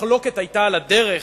המחלוקת היתה על הדרך,